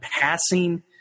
passing